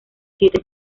siete